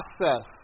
process